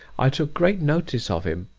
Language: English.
i took great notice of him,